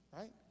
right